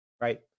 right